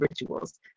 rituals